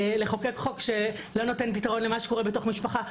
לחוקק חוק שלא נותן פתרון למה שקורה בתוך המשפחה?